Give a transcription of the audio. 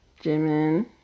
Jimin